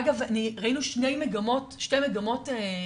אגב, ראינו שתי מגמות שונות.